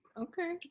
Okay